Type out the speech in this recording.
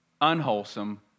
unwholesome